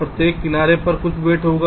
प्रत्येक किनारे पर कुछ वेट होगा